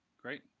great.